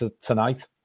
tonight